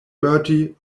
bertie